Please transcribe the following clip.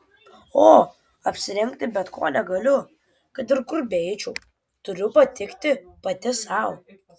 o apsirengti bet ko negaliu kad ir kur beeičiau turiu patikti pati sau